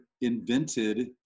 invented